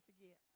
forget